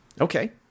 okay